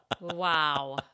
Wow